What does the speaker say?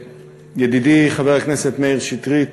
ידידי חבר הכנסת מאיר שטרית